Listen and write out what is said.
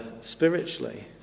spiritually